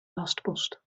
lastpost